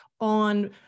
on